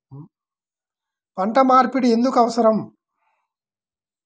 పంట మార్పిడి ఎందుకు అవసరం?